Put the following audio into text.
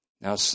Now